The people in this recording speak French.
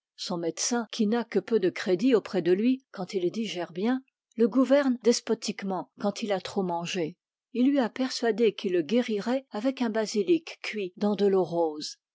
son médecin qui n'a que peu de crédit auprès de lui quand il digère bien le gouverne despotiquement quand il a trop mangé il lui a persuadé qu'il le guérirait avec un basilic cuit dans de l'eau rose